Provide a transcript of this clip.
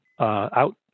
out